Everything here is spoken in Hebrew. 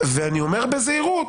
ואומר בזהירות,